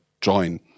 join